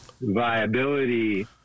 viability